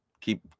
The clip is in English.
Keep